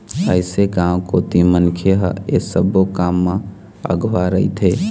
अइसे गाँव कोती मनखे ह ऐ सब्बो काम म अघुवा रहिथे